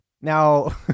Now